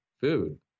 food